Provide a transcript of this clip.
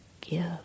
give